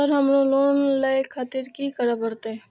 Sir हमरो loan ले खातिर की करें परतें?